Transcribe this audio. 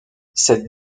cette